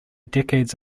decades